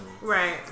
Right